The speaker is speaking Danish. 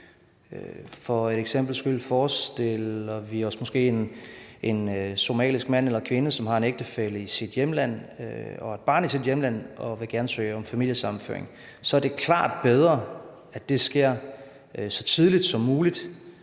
som muligt. Forestiller vi os f.eks. en somalisk mand eller kvinde, som har en ægtefælle i sit hjemland og et barn i sit hjemland, og som gerne vil søge om familiesammenføring, er det klart bedre, at det sker så tidligt som muligt